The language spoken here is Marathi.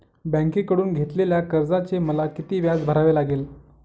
बँकेकडून घेतलेल्या कर्जाचे मला किती व्याज भरावे लागेल?